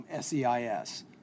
Seis